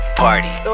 party